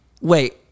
Wait